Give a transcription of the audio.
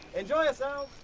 enjoy so